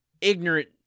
Ignorant